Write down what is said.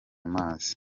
mazi